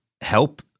help